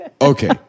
Okay